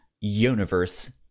universe